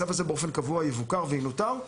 הצו הזה יבוקר וינוטר באופן קבוע,